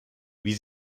wie